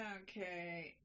okay